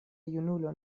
junulo